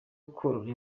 korora